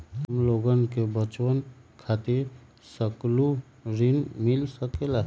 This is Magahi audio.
हमलोगन के बचवन खातीर सकलू ऋण मिल सकेला?